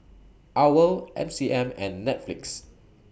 OWL M C M and Netflix